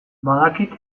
badakit